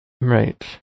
Right